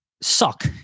suck